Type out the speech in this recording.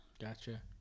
Gotcha